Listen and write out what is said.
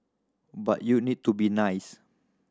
but you need to be nice